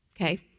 Okay